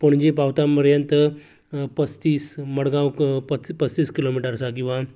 पणजे पावता पर्यंत पस्तीस मडगांव पस्तीस किलो मिटर आसा किंवां